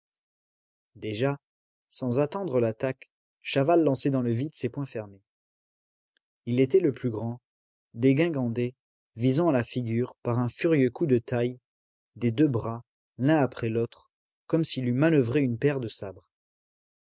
déjà sans attendre l'attaque chaval lançait dans le vide ses poings fermés il était le plus grand dégingandé visant à la figure par de furieux coups de taille des deux bras l'un après l'autre comme s'il eût manoeuvré une paire de sabres